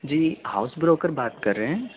جی house broker بات کر رہے ہیں